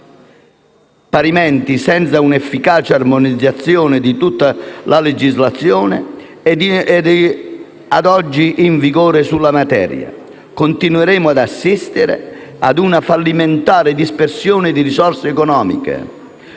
Parimenti, senza un'efficace armonizzazione di tutta la legislazione ad oggi in vigore sulla materia, continueremo ad assistere ad una fallimentare dispersione di risorse economiche